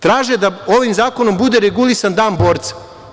Traže da ovim zakonom bude regulisan dan borca.